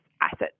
asset